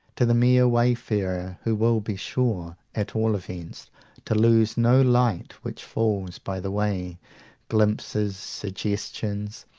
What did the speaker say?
to the mere wayfarer, who will be sure at all events to lose no light which falls by the way glimpses, suggestions,